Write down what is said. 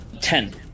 Ten